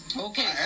Okay